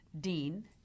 Dean